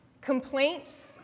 complaints